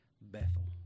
Bethel